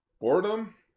Boredom